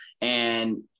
and-